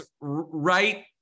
right